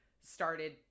started